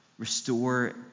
Restore